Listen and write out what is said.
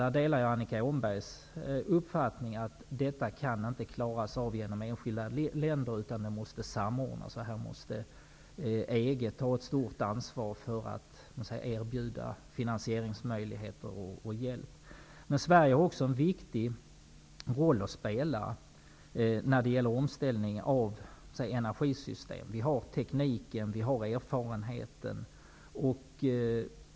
Jag delar Annika Åhnbergs uppfattning att problemen inte kan lösas av de enskilda länderna. Här måste ske en samordning, och EG måste ta ett stort ansvar och erbjuda finansieringsmöjligheter. Sverige har också en viktig roll att spela när det gäller omställningen av energisystem. Vi har tekniken och erfarenheten.